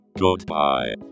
Goodbye